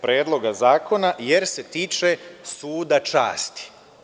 Predloga zakona, jer se tiče Suda časti.